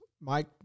Mike